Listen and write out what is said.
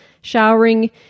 showering